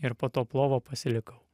ir po to plovo pasilikau